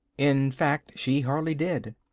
in fact she hardly did.